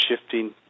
shifting